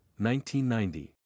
1990